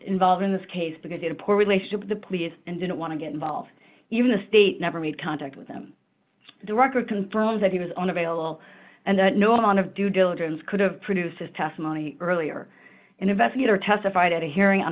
involved in this case because in a poor relationship with the police and didn't want to get involved even the state never made contact with them director confirms that he was on available and that no amount of due diligence could have produced his testimony earlier investigator testified at a hearing on